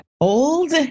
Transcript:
old